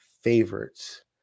favorites